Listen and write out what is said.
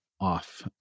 off